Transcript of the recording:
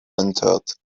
entered